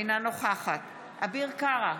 אינו נוכחת אביר קארה,